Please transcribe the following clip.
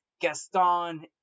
Gaston